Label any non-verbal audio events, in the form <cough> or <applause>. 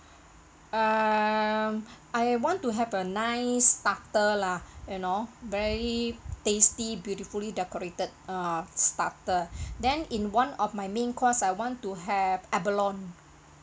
um I want to have a nine starter lah you know very tasty beautifully decorated uh starter <breath> then in one of my main course I want to have abalone